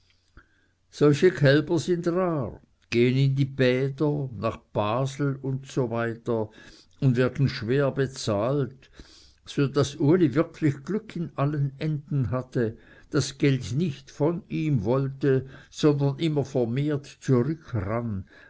solche kälber sind rar gehen in die bäder nach basel usw und werden schwer bezahlt so daß uli wirklich glück in allen ecken hatte das geld nicht von ihm wollte sondern immer